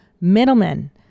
middlemen